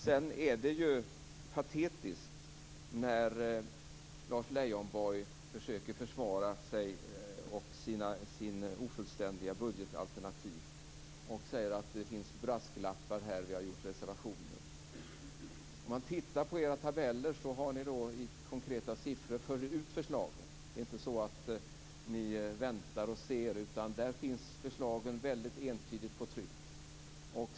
Sedan är det patetiskt när Lars Leijonborg försöker försvara sig och sitt ofullständiga budgetalternativ med att säga att det finns brasklappar och att man har gjort reservationer. Om man tittar i era tabeller ser man att ni i konkreta siffror för ut förslagen. Det är inte så att ni väntar och ser, utan där finns förslagen väldigt entydigt i tryck.